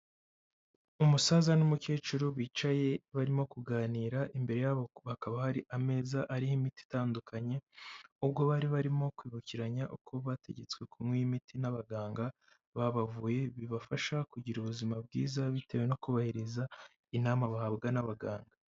Umusaza n'umukecuru bicaye barimo kuganira, imbere yabo hakaba hari ameza ariho imiti itandukanye, ubwo bari barimo kwibukiranya uko bategetswe kunywa imiti n'abaganga babavuye, bibafasha kugira ubuzima bwiza bitewe no kubahiriza inama bahabwa n'abaganga.